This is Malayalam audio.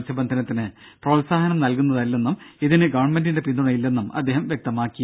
മത്സ്യബന്ധനത്തിന് പ്രോത്സാബനം നൽകുന്നതല്ലെന്നും ഇതിന് ഗവൺമെന്റിന്റെ പിന്തുണ ഇല്ലെന്നും അദ്ദേഹം വ്യക്തമാക്കി